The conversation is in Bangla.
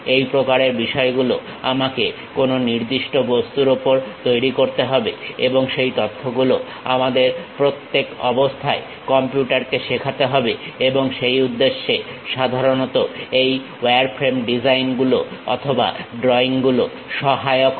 এই প্রকারের বিষয়গুলো আমাকে কোনো নির্দিষ্ট বস্তুর ওপর তৈরি করতে হবে এবং সেই তথ্যগুলো আমাদের প্রত্যেক অবস্থায় কম্পিউটারকে শেখাতে হবে এবং সেই উদ্দেশ্যে সাধারণত এই ওয়ারফ্রেম ডিজাইন গুলো অথবা ড্রয়িং গুলো সহায়ক হবে